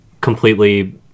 completely